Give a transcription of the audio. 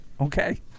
Okay